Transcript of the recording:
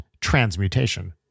transmutation